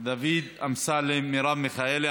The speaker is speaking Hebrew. דוד אמסלם, מרב מיכאלי.